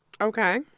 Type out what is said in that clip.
Okay